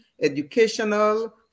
educational